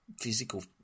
physical